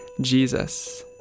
Jesus